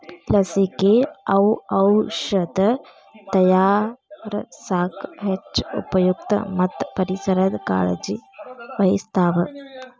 ಲಸಿಕೆ, ಔಔಷದ ತಯಾರಸಾಕ ಹೆಚ್ಚ ಉಪಯುಕ್ತ ಮತ್ತ ಪರಿಸರದ ಕಾಳಜಿ ವಹಿಸ್ತಾವ